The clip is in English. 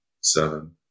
seven